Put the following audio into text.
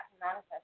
manifest